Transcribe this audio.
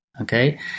okay